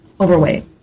overweight